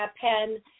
pen